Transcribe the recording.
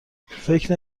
فکر